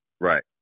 Right